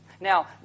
Now